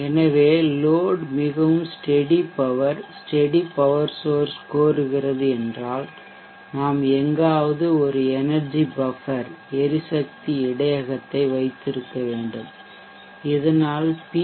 எனவே லோட் மிகவும் steady power steady power source கோருகிறது என்றால் நாம் எங்காவது ஒரு எனெர்ஜி பஃபர் எரிசக்தி இடையகத்தை வைத்திருக்க வேண்டும் இதனால் பி